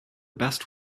best